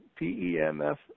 PEMF